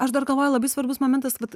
aš dar galvoju labai svarbus momentas vat